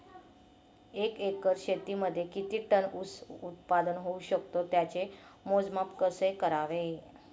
एका एकर शेतीमध्ये किती टन ऊस उत्पादन होऊ शकतो? त्याचे मोजमाप कसे करावे?